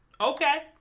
okay